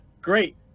great